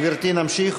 גברתי, נמשיך?